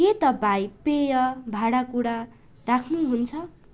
के तपाईँ पेय भाँडाकुँडा राख्नुहुन्छ